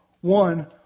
One